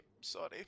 Sorry